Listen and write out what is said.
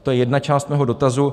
To je jedna část mého dotazu.